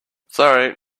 sorry